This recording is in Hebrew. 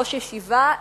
ראש ישיבה,